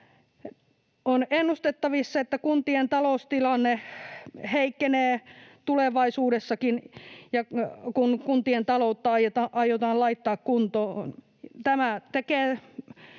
On ennustettavissa, että kuntien taloustilanne heikkenee tulevaisuudessakin, ja kun kuntien taloutta aiotaan laittaa kuntoon, tämä